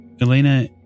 Elena